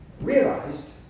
realized